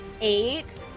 eight